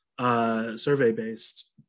survey-based